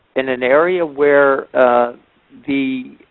in an area where the